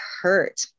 hurt